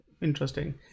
Interesting